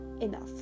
enough